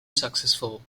successful